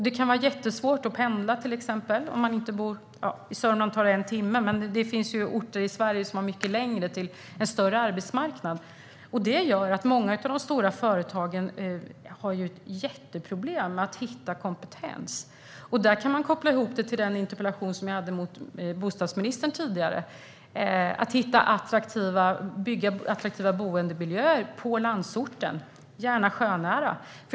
Det kan vara jättesvårt att pendla. I Sörmland tar det en timme, men det finns ju orter i Sverige som har mycket längre till en större arbetsmarknad. Det gör att många av de större företagen har jätteproblem med att hitta kompetens. Man kan koppla ihop detta med den interpellationsdebatt jag hade med bostadsministern tidigare. Den handlade om att bygga attraktiva boendemiljöer i landsorten - gärna sjönära.